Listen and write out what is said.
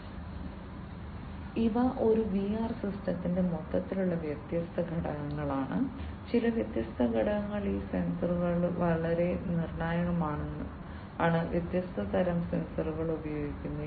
അതിനാൽ ഇവ ഒരു വിആർ സിസ്റ്റത്തിന്റെ മൊത്തത്തിലുള്ള വ്യത്യസ്ത ഘടകങ്ങളാണ് ചില വ്യത്യസ്ത ഘടകങ്ങൾ ഈ സെൻസറുകൾ വളരെ നിർണായകമാണ് വ്യത്യസ്ത തരം സെൻസറുകൾ ഉപയോഗിക്കുന്നു